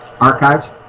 archives